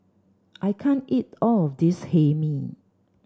I can't eat all of this Hae Mee